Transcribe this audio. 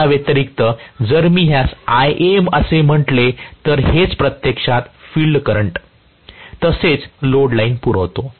या व्यतिरिक्त जर मी ह्यास Ia असे म्हटले तर हेच प्रत्यक्षात फील्ड करंट तसेच लोड लाईन पुरवतो